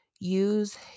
Use